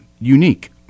unique